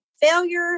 failure